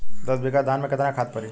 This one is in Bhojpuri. दस बिघा धान मे केतना खाद परी?